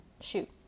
Shoot